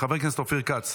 חבר הכנסת אופיר כץ,